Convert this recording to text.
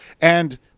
And-